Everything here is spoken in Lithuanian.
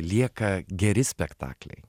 lieka geri spektakliai